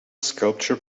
sculpture